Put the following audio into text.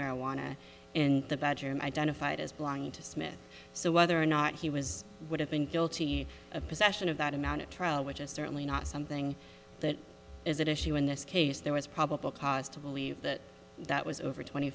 marijuana in the bedroom identified as belonging to smith so whether or not he was would have been guilty of possession of that amount of trial which is certainly not something that is an issue in this case there was probable cause to believe that that was over twenty